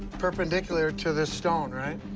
perpendicular to the stone, right,